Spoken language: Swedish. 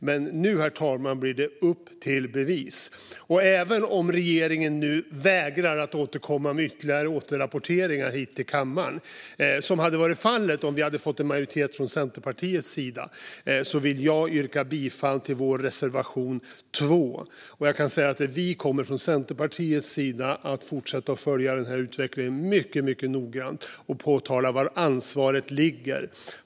Men nu, herr talman, blir det upp till bevis. Och även om regeringen vägrar att återkomma med återrapporteringar hit till kammaren, som hade varit fallet om vi hade fått en majoritet från Centerpartiets sida, vill jag yrka bifall till vår reservation 2. Jag kan säga att vi från Centerpartiets sida kommer att fortsätta följa den här utvecklingen mycket, mycket noggrant och påtala var ansvaret ligger.